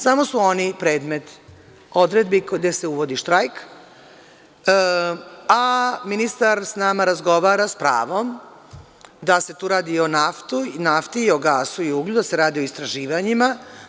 Samo su oni predmet odredbi gde se uvodi štrajk, a ministar sa nama razgovara sa pravom da se tu radi i o nafti i gasu i uglju, da se radi o istraživanjima.